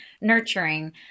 nurturing